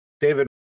David